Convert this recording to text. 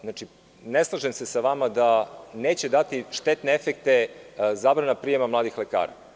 Znači, ne slažem se vama da neće dati štetne efekte zabrana prijema mladih lekara.